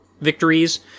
victories